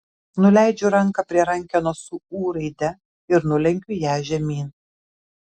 nuleidžiu ranką prie rankenos su ū raide ir nulenkiu ją žemyn